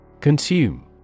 Consume